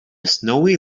snowy